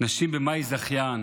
"נשים במאי זכיין?"